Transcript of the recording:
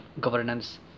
governance